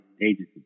agencies